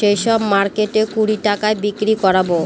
সেই সব মার্কেটে কুড়ি টাকায় বিক্রি করাবো